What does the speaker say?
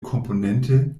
komponente